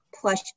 plush